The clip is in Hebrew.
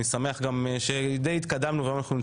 אני שמח שדי התקדמנו ושאנחנו,